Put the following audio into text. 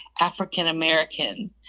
african-american